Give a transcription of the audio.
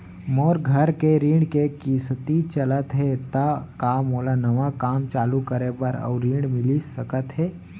मोर घर के ऋण के किसती चलत हे ता का मोला नवा काम चालू करे बर अऊ ऋण मिलिस सकत हे?